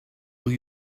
will